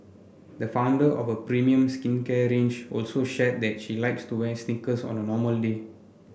the founder of a premium skincare range also shared that she likes to wear sneakers on a normally